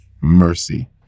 mercy